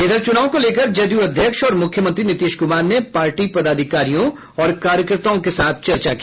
इधर चुनाव को लेकर जदयू अध्यक्ष और मुख्यमंत्री नीतीश कुमार ने पार्टी पदाधिकारियों और कार्यकर्ताओं के साथ चर्चा की